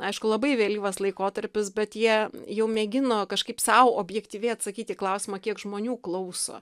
aišku labai vėlyvas laikotarpis bet jie jau mėgino kažkaip sau objektyviai atsakyt į klausimą kiek žmonių klauso